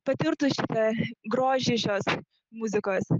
patirtų šitą grožį šios muzikos